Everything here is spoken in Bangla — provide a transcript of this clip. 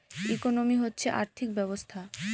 ইকোনমি হচ্ছে আর্থিক ব্যবস্থা